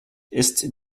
ist